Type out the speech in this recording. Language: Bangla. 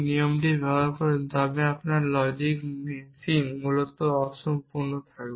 এবং এই নিয়মটি ব্যবহার করেন তবে আপনার লজিক মেশিন মূলত সম্পূর্ণ